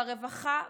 ברווחה,